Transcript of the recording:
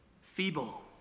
feeble